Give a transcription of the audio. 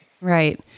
Right